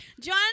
John